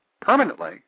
permanently